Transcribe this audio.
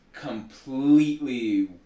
completely